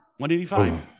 185